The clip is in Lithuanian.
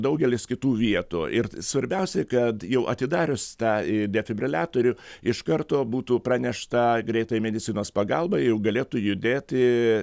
daugelis kitų vietų ir svarbiausia kad jau atidarius tą defibriliatorių iš karto būtų pranešta greitajai medicinos pagalbai jau galėtų judėti